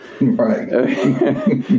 Right